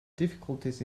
difficulties